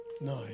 Nine